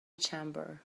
chamber